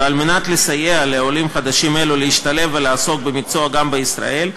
וכדי לסייע לעולים חדשים אלה להשתלב ולעסוק במקצוע גם בישראל,